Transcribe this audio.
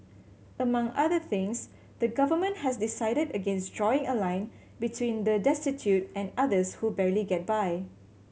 among other things the Government has decided against drawing a line between the destitute and others who barely get by